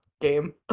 game